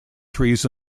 trees